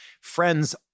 friends